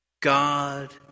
God